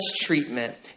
treatment